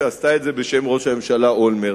שעשתה את זה בשם ראש הממשלה אולמרט.